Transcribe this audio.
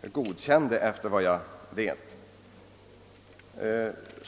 jag minns godkände.